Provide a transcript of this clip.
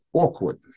awkward